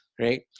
right